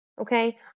Okay